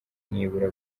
nibura